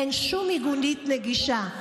אין שום מיגונית נגישה.